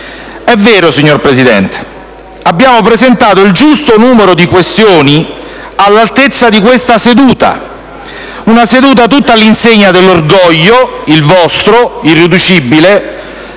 È vero, signora Presidente: abbiamo presentato il giusto numero di questioni all'altezza di questa seduta, una seduta tutta all'insegna dell'orgoglio - il vostro irriducibile